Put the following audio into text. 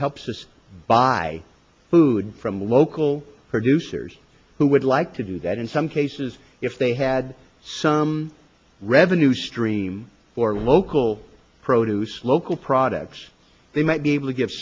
helps us buy food from local producers who would like to do that in some cases if they had some revenue stream for local produce local products they might be able to give